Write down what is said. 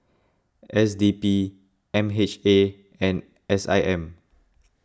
S D P M H A and S I M